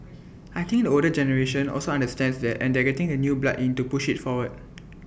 I think the older generation also understands that and they are getting the new blood in to push IT forward